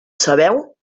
sabeu